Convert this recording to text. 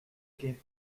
gained